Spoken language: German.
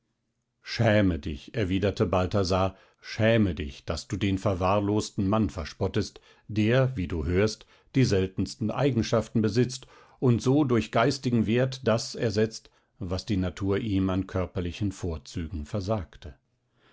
schäme dich erwiderte balthasar schäme dich daß du den verwahrlosten mann verspottest der wie du hörst die seltensten eigenschaften besitzt und so durch geistigen wert das ersetzt was die natur ihm an körperlichen vorzügen versagte